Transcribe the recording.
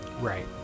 Right